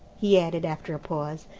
he added, after a pause,